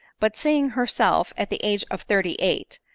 but seeing herself, at the age of thirty eight,